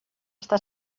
està